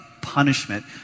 punishment